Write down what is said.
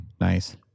nice